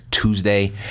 Tuesday